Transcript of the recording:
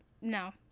No